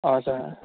हजुर